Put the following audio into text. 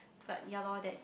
but ya lor that